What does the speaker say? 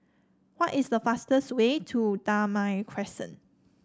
what is the fastest way to Damai Crescent